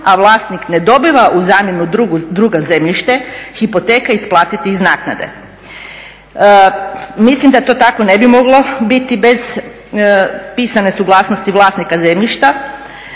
a vlasnik ne dobiva u zamjenu drugo zemljište, hipoteka isplatiti iz naknade. Mislim da to tako ne bi moglo biti bez pisane suglasnosti vlasnika zemljišta